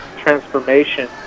transformation